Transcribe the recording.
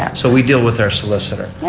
and so we deal with our solicitor.